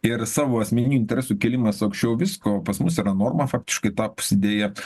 ir savo asmeninių interesų kėlimas aukščiau visko pas mus yra norma faktiškai tapusi deja